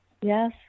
yes